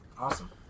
awesome